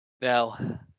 now